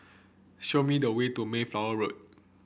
show me the way to Mayflower Road